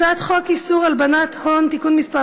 הצעת חוק איסור הלבנת הון (תיקון מס'